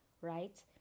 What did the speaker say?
right